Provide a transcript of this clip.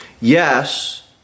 Yes